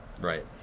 Right